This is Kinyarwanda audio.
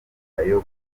ayo